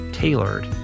Tailored